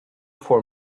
for